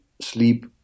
sleep